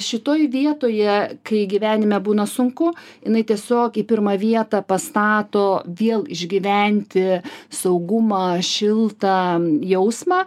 šitoj vietoje kai gyvenime būna sunku jinai tiesiog į pirmą vietą pastato vėl išgyventi saugumą šiltą jausmą